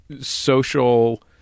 social